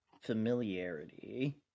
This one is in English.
familiarity